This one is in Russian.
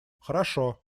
хорошо